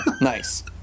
nice